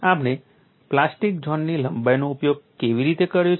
આપણે પ્લાસ્ટિક ઝોનની લંબાઈનો ઉપયોગ કેવી રીતે કર્યો છે